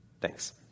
Thanks